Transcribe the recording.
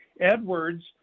Edwards